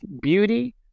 beauty